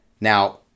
Now